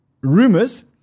rumors